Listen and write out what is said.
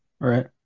Right